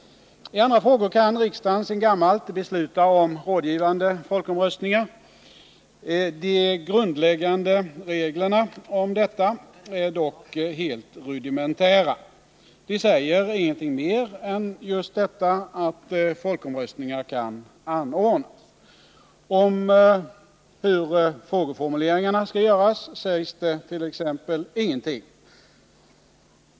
I andra frågor kan riksdagen sedan gammalt besluta om rådgivande folkomröstningar. De grundläggande reglerna om detta är dock helt rudimentära. De säger ingenting mer än just detta att folkomröstningar kan anordnas. Om hur frågeformuleringarna skall göras sägs det t.ex. ingenting.